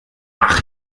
ach